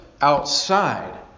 outside